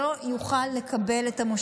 בשום מצב לא יוכל לקבל את המושב.